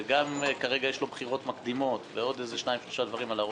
וגם כרגע יש לו בחירות מקדימות ועוד שניים-שלושה דברים על הראש,